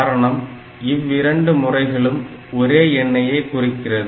காரணம் இவ்விரண்டு முறைகளும் ஒரே எண்ணையே குறிக்கிறது